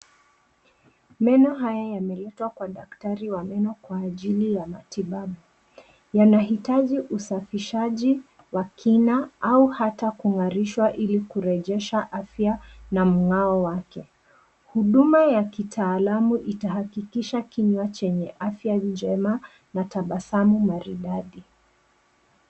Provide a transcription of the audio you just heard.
Meno haya yameletwa kwa daktari wa meno kwa ajili ya matibabu, yanahitaji usafishaji wa kina au hata kungarishwa ili kurejesha afya na mng'ao wake. Huduma ya kitaalamu itahakikisha kinywa chenye afya njema na tabasamu maridadi.